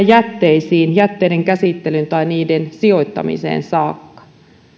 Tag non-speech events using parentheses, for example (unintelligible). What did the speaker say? (unintelligible) jätteisiin jätteiden käsittelyyn tai niiden sijoittamiseen saakka